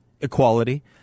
equality